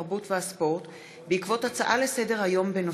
התרבות והספורט בעקבות הצעה לסדר-היום של